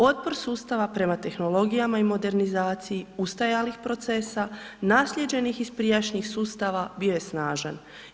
Otpor sustava prema tehnologija i modernizaciji ustajalih procesa, naslijeđenih iz prijašnjih sustava bio je snažan.